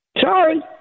Sorry